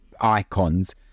icons